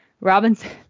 Robinson